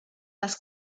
das